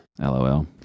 LOL